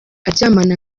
aryamana